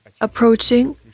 Approaching